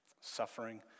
Suffering